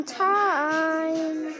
time